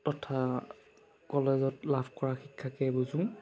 তথা কলেজত লাভ কৰা শিক্ষাকে বুজোঁ